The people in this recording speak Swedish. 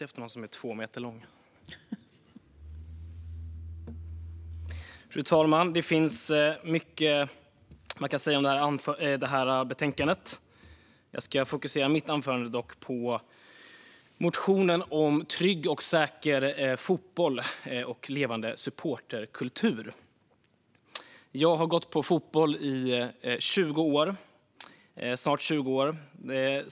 Fru talman! Det finns mycket man kan säga om det här betänkandet. Jag ska dock i mitt anförande fokusera på motionen om trygg och säker fotboll och levande supporterkultur. Jag har gått på fotboll i snart 20 år.